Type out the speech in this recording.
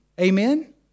amen